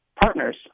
partners